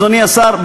אדוני השר,